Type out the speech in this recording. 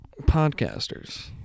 podcasters